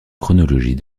chronologie